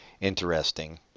interesting